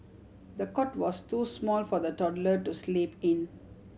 the cot was too small for the toddler to sleep in